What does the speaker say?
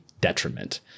detriment